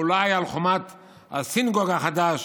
או אולי על חומת ה-synagogue החדש